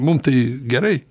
mum tai gerai